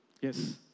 Yes